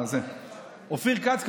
אופיר כץ,